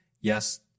Yes